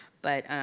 but.